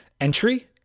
entry